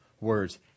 words